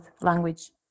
language